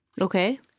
Okay